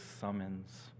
summons